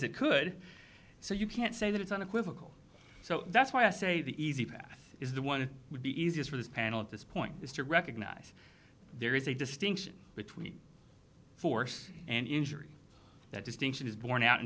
it could so you can't say that it's unequivocal so that's why i say the easy path is the one would be easiest for this panel at this point is to recognize there is a distinction between force and injury that distinction is borne out in